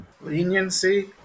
Leniency